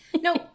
No